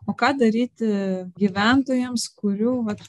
o ką daryti gyventojams kurių vat